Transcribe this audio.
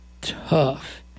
tough